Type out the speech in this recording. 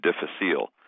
difficile